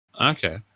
Okay